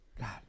God